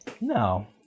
No